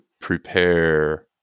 prepare